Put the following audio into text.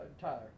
tyler